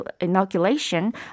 inoculation